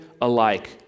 alike